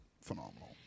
phenomenal